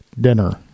dinner